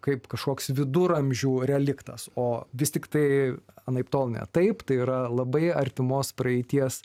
kaip kažkoks viduramžių reliktas o vis tiktai anaiptol ne taip tai yra labai artimos praeities